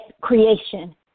creation